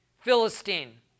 Philistine